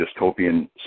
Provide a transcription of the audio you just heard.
dystopian